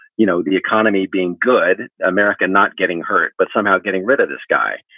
you know, the economy being good, america not getting hurt, but somehow getting rid of this guy.